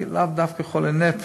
לאו דווקא חולי נפש,